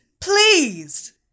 please